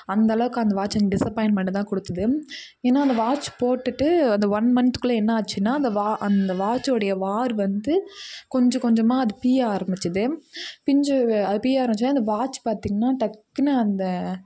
அந்தளவுக்கு அந்த வாட்ச் எனக்கு டிசபாயின்மெண்டை தான் கொடுத்துது ஏனா அந்த வாட்ச் போட்டுகிட்டு அந்த ஒன் மந்த் குள்ளே என்ன ஆச்சுன்னா அந்த வா அந்த வாட்ச்சோடைய வார் வந்து கொஞ்சம் கொஞ்சமாக அது பிய்ய ஆரமித்தது பிஞ்சு அது பிய்ய ஆரம்மிசோனையே அந்த வாட்ச் பார்த்திங்னா டக்குன்னு அந்த